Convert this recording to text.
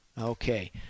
Okay